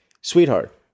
sweetheart